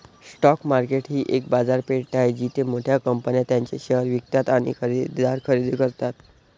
stock market ही एक बाजारपेठ आहे जिथे मोठ्या कंपन्या त्यांचे शेअर्स विकतात आणि खरेदीदार खरेदी करतात